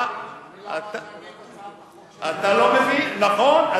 אני לא אמרתי, נכון.